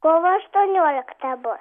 kovo aštuonioliktą bus